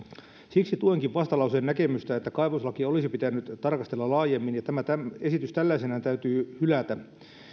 siksi tuenkin vastalauseen näkemystä että kaivoslakia olisi pitänyt tarkastella laajemmin ja tämä esitys tällaisenaan täytyy hylätä